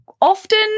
often